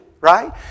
Right